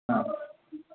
হ্যাঁ